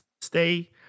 stay